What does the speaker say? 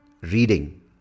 reading